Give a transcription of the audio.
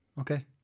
okay